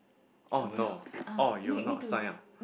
oh no oh you'll not sign up